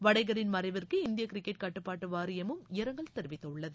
வடேகரின் மறைவிற்கு இந்திய கிரிக்கெட் கட்டுப்பாட்டு வாரியமும் இரங்கல் தெரிவித்துள்ளது